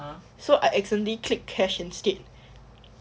so I actually click cash instead